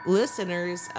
listeners